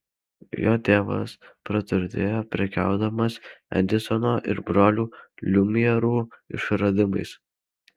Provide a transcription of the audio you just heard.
jo tėvas praturtėjo prekiaudamas edisono ir brolių liumjerų išradimais